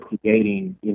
creating